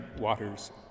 waters